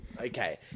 okay